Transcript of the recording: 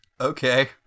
Okay